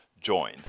join